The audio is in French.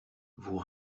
vous